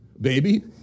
baby